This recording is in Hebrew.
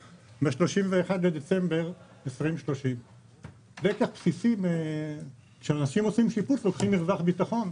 ב-31 בדצמבר 2030. כאשר אנשים עושים שיפוץ הם לוקחים מרווח ביטחון.